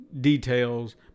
details